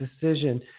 decision